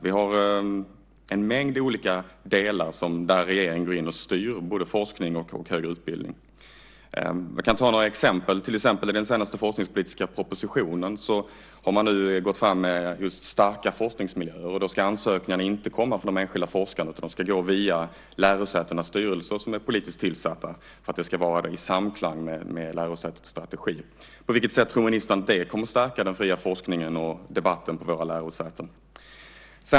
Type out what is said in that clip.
Vi har en mängd olika delar där regeringen går in och styr både forskning och högre utbildning. Det finns flera exempel. I den senaste forskningspolitiska propositionen har man nu gått fram med starka forskningsmiljöer. Då ska ansökningarna inte komma från de enskilda forskarna. De ska gå via lärosätenas styrelser, som är politiskt tillsatta för att de ska vara i samklang med lärosätets strategi. På vilket sätt tror ministern att det kommer att stärka den fria forskningen och debatten vid våra lärosäten?